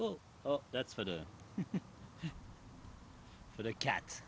well that's for the for the cats